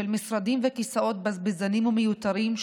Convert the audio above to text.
של משרדים וכיסאות בזבזניים ומיותרים,